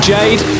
Jade